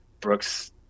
Brooks